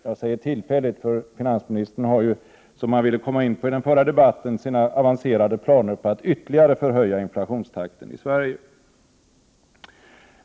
Jag säger tillfälligt, för finansministern har ju — som han ville komma in på i den förra debatten — sina avancerade planer på att ytterligare höja inflationstakten i Sverige.